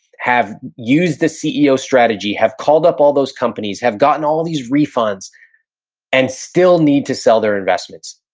have used the ceo strategy, have called up all those companies, have gotten all of these refunds and still need to sell their investments.